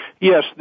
Yes